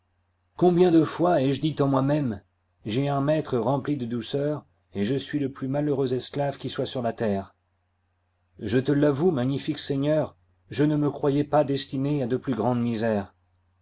combien de fois ai-je dit en moi-même j'ai un maître rempli de douceur et je suis le plus malheureux esclave qui soit sur la terre je te l'avoue magnifique seigneur je ne me croyois pas destiné à de plus grandes misères